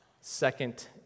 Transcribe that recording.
Second